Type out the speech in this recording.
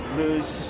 lose